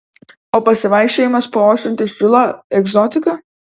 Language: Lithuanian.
o pasivaikščiojimas po ošiantį šilą egzotika